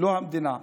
לא המדינה.